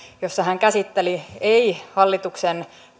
jossa hän käsitteli ei hallituksen